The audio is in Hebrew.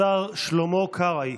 השר שלמה קרעי.